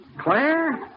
Claire